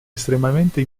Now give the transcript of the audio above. estremamente